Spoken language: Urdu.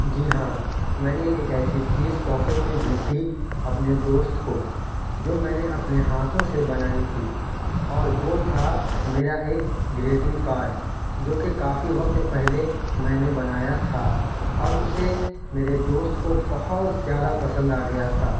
جی ہاں میں نے ایک ایسی چیز تحفے میں دی تھی اپنے دوست کو جو میں نے اپنے ہاتھوں سے بنائی تھی اور وہ تھا میرا ایک گریٹنگ کارڈ جو کہ کافی وقت پہلے میں نے بنایا تھا اور اسے میرے دوست کو بہت زیادہ پسند آ گیا تھا